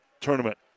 Tournament